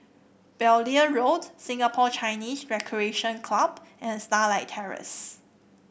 Beaulieu Road Singapore Chinese Recreation Club and Starlight Terrace